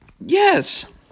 Yes